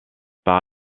par